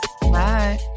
Bye